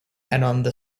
and